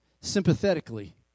sympathetically